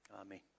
Amen